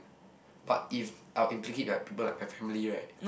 but if I'll implicate people like my family right